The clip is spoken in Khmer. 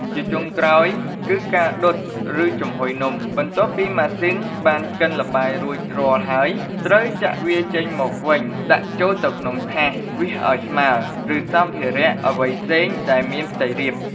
ជាចុងក្រោយ គឺការដុត ឬចំហុយនំ បន្ទាប់ពីម៉ាស៊ីនបានកិនល្បាយរួចរាល់ហើយ ត្រូវចាក់វាចេញមកវិញដាក់ចូលទៅក្នុង ថាស វាសឱ្យស្មើ ឬសំភារៈអ្វីផ្សេងដែលមានផ្ទៃរាប។